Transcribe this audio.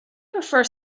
prefer